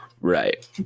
Right